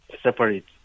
separate